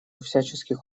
всяческих